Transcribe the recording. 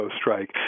strike